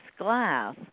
glass